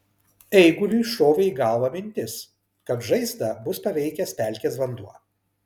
eiguliui šovė į galvą mintis kad žaizdą bus paveikęs pelkės vanduo